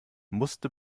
musste